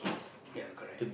ya correct